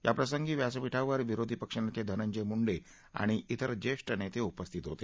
या प्रसंगी व्यासपीठावर विरोधी पक्षनेते धनंजय मुंडे आणि इतर ज्येष्ठ नेते उपस्थित होते